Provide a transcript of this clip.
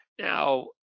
Now